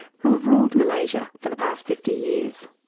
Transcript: who have ruled malaysia for the past fifty years.